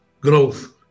Growth